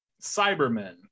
cybermen